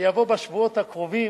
שיבוא בשבועות הקרובים,